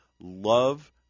love